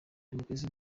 umukirisitu